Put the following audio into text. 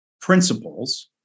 principles